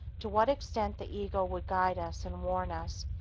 to what extent the ego would guide us and warn us,